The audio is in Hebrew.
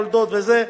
יולדות וזה,